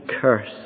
curse